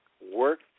work